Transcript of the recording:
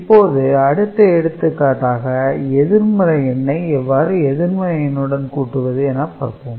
இப்போது அடுத்த எடுத்துக்காட்டாக எதிர்மறை எண்ணை எவ்வாறு எதிர்மறை எண்ணுடன் கூட்டுவது என பார்ப்போம்